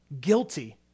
guilty